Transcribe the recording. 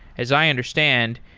as i understand,